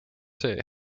see